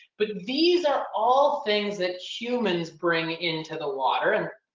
but these are all things that humans bring into the water.